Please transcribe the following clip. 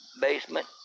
basement